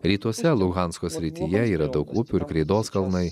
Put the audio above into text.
rytuose luhansko srityje yra daug upių ir kreidos kalnai